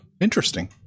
interesting